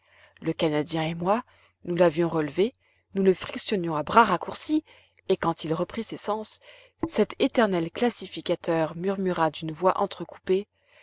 le canadien et moi nous l'avions relevé nous le frictionnions à bras raccourcis et quand il reprit ses sens cet éternel classificateur murmura d'une voix entrecoupée